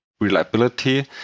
reliability